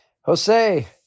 Jose